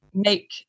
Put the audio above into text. Make